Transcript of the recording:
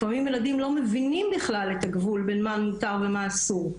לפעמים ילדים לא מבינים בכלל את הגבול בין מה מותר למה אסור,